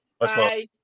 Bye